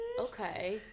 Okay